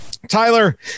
Tyler